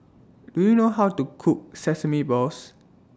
Do YOU know How to Cook Sesame Balls